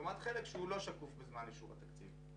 לעומת החלק שאינו שקוף בזמן אישור התקציב.